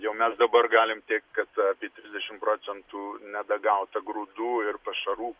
jau mes dabar galim teigt kad apie trisdešim procentų nedagauta grūdų ir pašarų